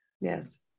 Yes